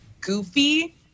goofy